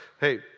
Hey